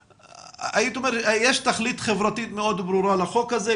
הייתי אומר שיש תכלית חברתית מאוד ברורה לחוק הזה,